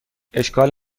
اشکال